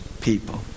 people